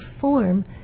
form